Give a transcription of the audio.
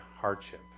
hardship